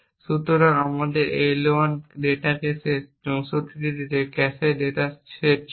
সুতরাং আমাদের L1 data cache 64টি ক্যাশে সেট ছিল